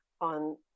on